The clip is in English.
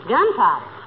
Gunpowder